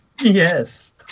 Yes